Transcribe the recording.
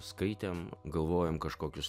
skaitėm galvojome kažkokius